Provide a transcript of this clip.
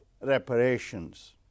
reparations